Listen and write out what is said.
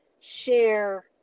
share